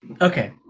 Okay